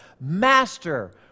Master